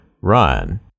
run